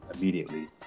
immediately